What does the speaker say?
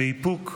באיפוק,